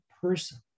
person